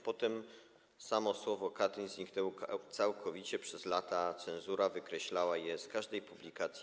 Potem samo słowo Katyń zniknęło całkowicie - przez lata cenzura wykreślała je z każdej publikacji.